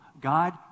god